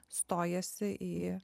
stojasi į